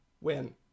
win